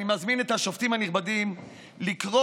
אני מזמין את השופטים הנכבדים לקרוא